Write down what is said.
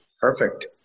Perfect